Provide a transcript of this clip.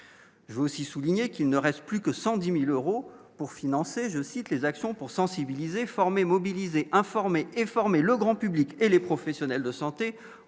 il faut aussi souligner qu'il ne reste plus que 110000 euros pour financer, je cite, les actions pour sensibiliser, former, mobiliser, informer, informer le grand public et les professionnels de santé